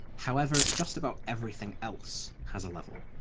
however, just about everything else has a level.